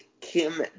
Kim